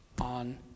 on